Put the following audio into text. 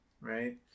right